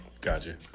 Gotcha